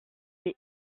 est